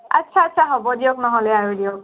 আচ্ছা আচ্ছা হ'ব দিয়ক নহ'লে আৰু দিয়ক